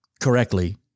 correctly